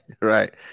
right